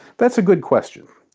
that's a good question.